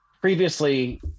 previously